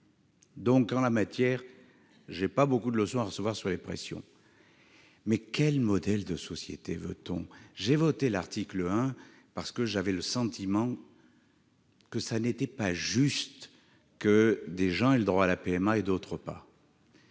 Donc, en la matière, je n'ai pas beaucoup de leçons à recevoir. Quel modèle de société veut-on ? J'ai voté l'article 1 parce que j'avais le sentiment qu'il n'était pas juste que des gens aient le droit à la PMA et d'autres pas.